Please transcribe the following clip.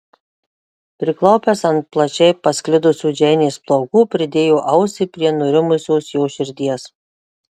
priklaupęs ant plačiai pasklidusių džeinės plaukų pridėjo ausį prie nurimusios jos širdies